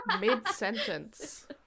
mid-sentence